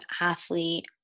athlete